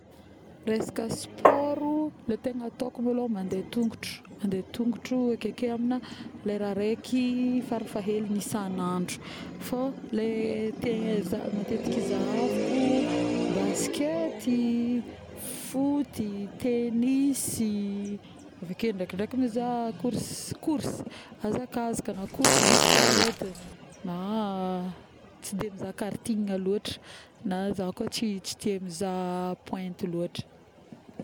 resaka spôro le tegna atôko malôho mandeha tongotro mandeha tongotra akeko amina lera raiky farafahahelingny isan'andro fô le˂hesitation˃ tegna matetiky zahaviko baskety, foty, tenisy, avikao ndraiky ndraiky mizaha course, course hazakazaka na course bicyclette na ˂hesitation˃ tsy tia mizaha carting lôtry, na za kô tsy, tsy tia mizaha pointe lôtra